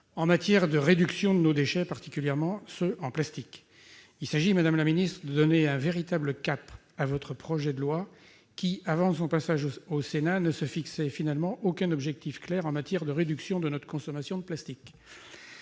en matière de réduction de nos déchets, particulièrement ceux en plastique. Il s'agit, madame la secrétaire d'État, de donner un véritable cap à votre projet de loi, qui, avant son passage au Sénat, ne fixait finalement aucun objectif clair en matière de réduction de notre consommation de plastique.